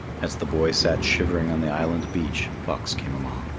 as the boy sat shivering on the island beach, fox came along.